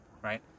right